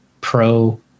Pro